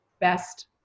best